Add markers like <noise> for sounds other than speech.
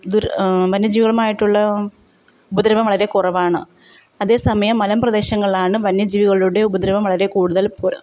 ദുര വന്യ ജീവികളുമായിട്ടുള്ള ഉപദ്രവം വളരെ കുറവാണ് അതേ സമയം മലമ്പ്രദേശങ്ങളിലാണ് വന്യജീവികളുടെ ഉപദ്രവം വളരെ കൂടുതല് <unintelligible>